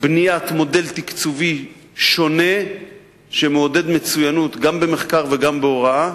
בניית מודל תקצובי שונה שמעודד מצוינות גם במחקר וגם בהוראה,